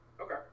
Okay